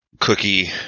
Cookie